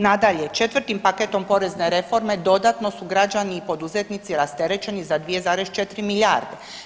Nadalje, 4. paketom porezne reforme dodatno su građani i poduzetnici rasterećeni za 2,4 milijarde.